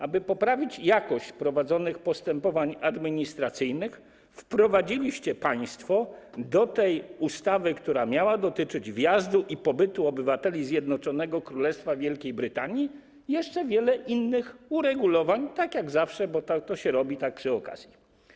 Aby poprawić jakość prowadzonych postępowań administracyjnych, wprowadziliście państwo do tej ustawy, która miała dotyczyć wjazdu i pobytu obywateli Zjednoczonego Królestwa Wielkiej Brytanii, jeszcze wiele innych uregulowań, tak jak zawsze, bo to się robi tak przy okazji.